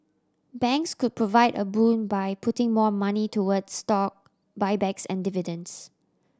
banks could provide a boon by putting more money toward stock buybacks and dividends